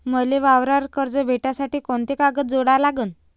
मले वावरावर कर्ज भेटासाठी कोंते कागद जोडा लागन?